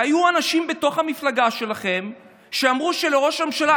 היו אנשים בתוך המפלגה שלכם שאמרו שלראש הממשלה